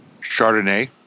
Chardonnay